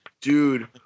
dude